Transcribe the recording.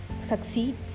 succeed